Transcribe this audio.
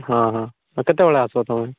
ହଁ ହଁ ଆଉ କେତେବେଳେ ଆସିବ ତୁମେ